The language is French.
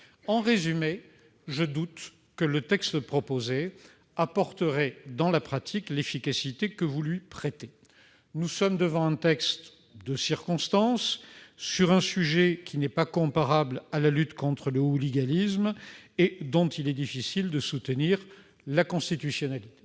pénal. Je doute que le texte proposé puisse apporter en pratique l'efficacité que vous lui prêtez. Nous sommes devant un texte de circonstance. Le sujet n'est pas comparable à la lutte contre le hooliganisme, et il est difficile de soutenir la constitutionnalité